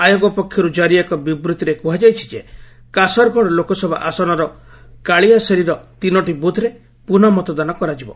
ଆୟୋଗ ପକ୍ଷରୁ କାରି ଏକ ବିବୃଭିରେ କୁହାଯାଇଛି ଯେ କାସରଗଡ଼ ଲୋକସଭା ଆସନର କାଳିଆସେରିର ତିନୋଟି ବୁଥ୍ରେ ପୁନଃ ମତଦାନ କରାଯିବ